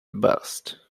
burst